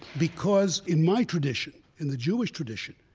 because in my tradition, in the jewish tradition,